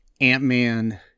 Ant-Man